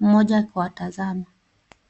mmoja akiwatazama.